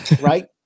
Right